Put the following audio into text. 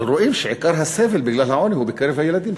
אבל רואים שעיקר הסבל בגלל העוני הוא בקרב הילדים.